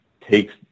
takes